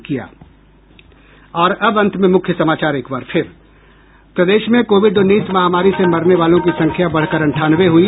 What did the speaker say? और अब अंत में मुख्य समाचार एक बार फिर प्रदेश में कोविड उन्नीस महामारी से मरने वालों की संख्या बढ़कर अंठानवे हुई